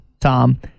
Tom